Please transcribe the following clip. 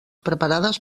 preparades